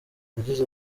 yagize